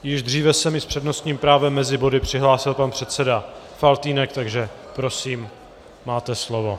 Již dříve se mi s přednostním právem mezi body přihlásil pan předseda Faltýnek, takže prosím, máte slovo.